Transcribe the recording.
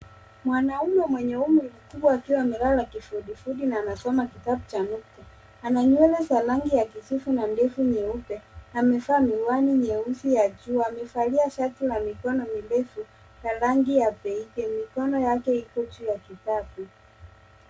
Mwanaume mwenye umri mkubwa akiwa amelala kifudifudi na anasoma kitabu cha nukta. Ana nywele za rangi ya kijivu na ndevu nyeupe . Amevaa miwani meusi ya jua. Amevalia shati la mikono mirefu ya rangi ya baige . Mikono yake iko juu ya kitabu.